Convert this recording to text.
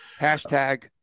Hashtag